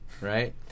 right